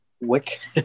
Wick